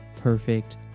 perfect